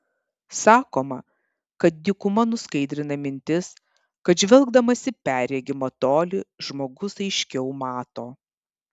sakoma kad dykuma nuskaidrina mintis kad žvelgdamas į perregimą tolį žmogus aiškiau mato